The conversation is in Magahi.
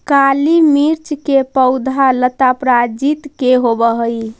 काली मिर्च के पौधा लता प्रजाति के होवऽ हइ